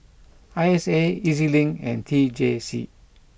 I S A E Z Link and T J C